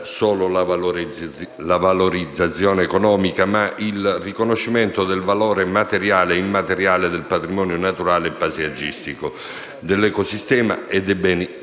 non solo la valorizzazione economica, ma anche il riconoscimento del valore materiale e immateriale del patrimonio naturale e paesaggistico, dell'ecosistema e dei beni